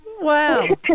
Wow